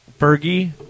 Fergie